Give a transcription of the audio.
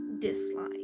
dislike